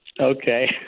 Okay